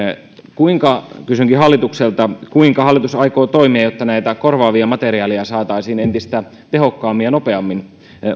kysynkin hallitukselta kuinka hallitus aikoo toimia jotta näitä korvaavia materiaaleja saataisiin entistä tehokkaammin ja nopeammin